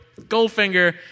Goldfinger